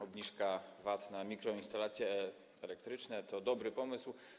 Obniżka VAT na mikroinstalacje elektryczne to dobry pomysł.